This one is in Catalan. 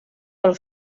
pel